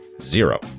zero